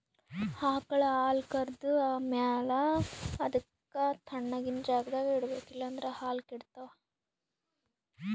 ಆಕಳ್ ಹಾಲ್ ಕರ್ದ್ ಮ್ಯಾಲ ಅದಕ್ಕ್ ತಣ್ಣಗಿನ್ ಜಾಗ್ದಾಗ್ ಇಡ್ಬೇಕ್ ಇಲ್ಲಂದ್ರ ಹಾಲ್ ಕೆಡ್ತಾವ್